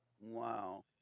Wow